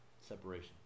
Separation